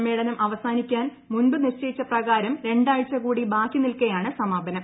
സമ്മേ ളനം അവസാനിക്കാൻ മുൻപ് നിശ്ചയിച്ചു പ്രകാരം രണ്ടാഴ്ച കൂടി ബാക്കി നിൽക്കേയാണ് സമാപനം